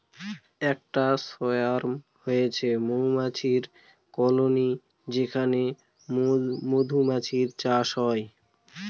একটা সোয়ার্ম হচ্ছে মৌমাছির কলোনি যেখানে মধুমাছির চাষ হয়